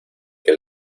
que